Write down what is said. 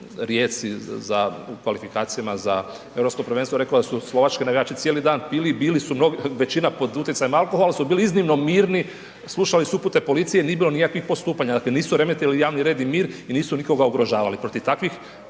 Rijeci za kvalifikacijama za europsko prvenstvo rekao da su Slovački navijači pili i bili većina pod utjecajem alkohola ali su bili iznimno mirni, slušali su upute policije i nije bilo nikakvih postupanja, dakle nisu remetili javni red i mir i nisu nikoga ugrožavali. Protiv takvih